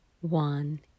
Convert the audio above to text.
one